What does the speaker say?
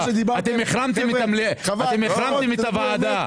אתם החרמתם את הוועדה.